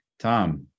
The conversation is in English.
Tom